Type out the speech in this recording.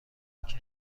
آنجا